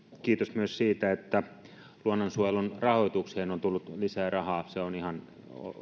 kiitos myös siitä että luonnonsuojelun rahoitukseen on tullut lisää rahaa se on ihan